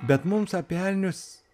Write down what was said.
bet mums apie elnius